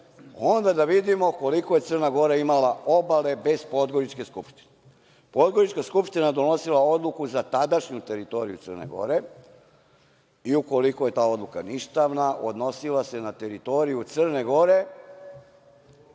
onda da vidimo koliko je Crna Gora imala obale bez Podgoričke skupštine. Podgorička skupština je donosila odluku za tadašnju teritoriju Crne Gore i ukoliko je ta odluka ništavna, odnosila se na teritoriju Crne Gore.